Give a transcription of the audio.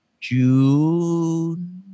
June